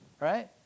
right